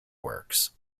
works